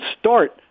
start